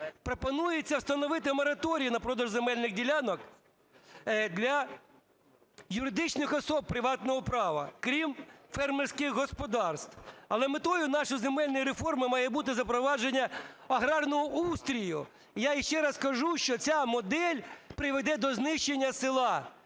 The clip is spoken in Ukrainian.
Пропонується встановити мораторій на продаж земельних ділянок для юридичних осіб приватного права, крім фермерських господарств. Але метою нашої земельної реформи має бути запровадження аграрного устрою. Я ще раз кажу, що ця модель приведе до знищення села.